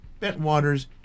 Bentwaters